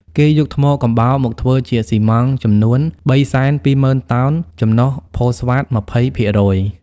គេយកថ្មកំបោរមកធ្វើជាស៊ីម៉ង់ចំនួន ៣២០.០០០ តោន ចំនុះផូស្វាត ២០ភាគរយ។